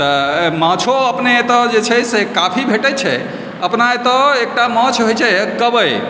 तऽ माछो अपने एतऽ जे छै से काफी भेटै छै अपना एतऽ एकटा माछ होइछै कबै